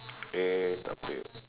A W